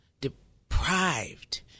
deprived